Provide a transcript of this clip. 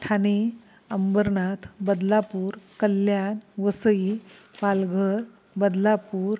Thane Ambernath Badlapur Kalyan Vasai Palghar Badlapur